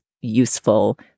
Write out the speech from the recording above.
useful